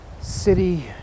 city